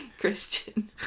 Christian